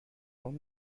son